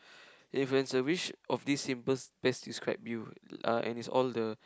if it is a which of this symbols best describe you uh and is all the